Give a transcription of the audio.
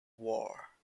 war